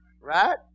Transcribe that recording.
Right